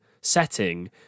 setting